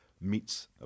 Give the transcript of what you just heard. meets